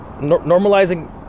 normalizing